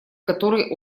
которой